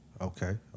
Okay